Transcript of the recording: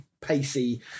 pacey